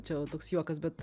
čia jau toks juokas bet